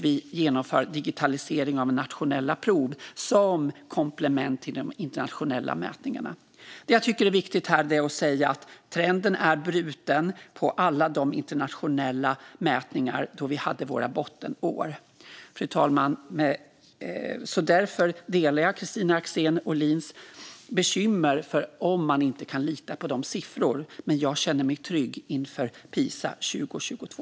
Vi genomför också digitalisering av nationella prov som komplement till de internationella mätningarna. Det jag tycker är viktigt att säga är att trenden är bruten på alla de internationella mätningar då vi hade våra bottenår, fru talman. Därför delar jag Kristina Axén Olins bekymmer om man inte kan lita på de siffrorna, men jag känner mig trygg inför Pisa 2022.